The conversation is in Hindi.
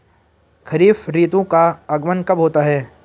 खरीफ ऋतु का आगमन कब होता है?